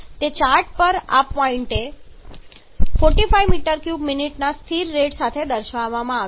તે ચાર્ટ પર આ પોઇન્ટએ 45 m3મિનિટના સ્થિર રેટ દર્શાવવામાં આવ્યું છે